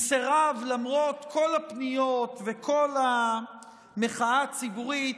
הוא סירב, למרות כל הפניות וכל המחאה הציבורית,